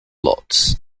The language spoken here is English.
lots